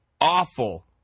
awful